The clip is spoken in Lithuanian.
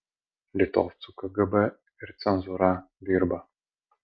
litovcų kgb ir cenzūra dirba